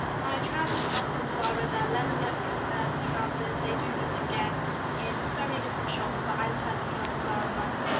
my trousers are ah from zara. they're leather look um trousers. they do these again in so many different shops but i personally love the zara ones.